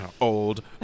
old